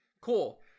cool